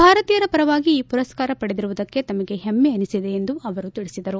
ಭಾರತೀಯರ ಪರವಾಗಿ ಈ ಪುರಸ್ಕಾರ ಪಡೆದಿರುವುದಕ್ಕೆ ತಮಗೆ ಹೆಮ್ಮೆ ಎನಿಸಿದೆ ಎಂದು ಅವರು ಹೇಳಿದರು